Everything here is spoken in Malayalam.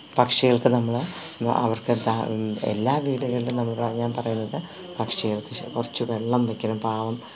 പക്ഷികള്ക്കു നമ്മള് അവര്ക്കെന്താ എല്ലാ വീടുകളിലും അതുകൊണ്ടാണ് ഞാന് പറയുന്നത് പക്ഷികള്ക്ക് കുറച്ച് വെള്ളം വയ്ക്കണം പാവം